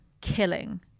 Killing